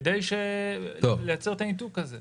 כדי לייצר את הניתוק הזה.